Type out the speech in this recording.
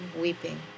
weeping